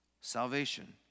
salvation